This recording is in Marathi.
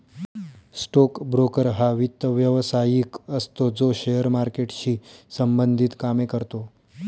स्टोक ब्रोकर हा वित्त व्यवसायिक असतो जो शेअर मार्केटशी संबंधित कामे करतो